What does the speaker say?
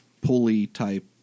pulley-type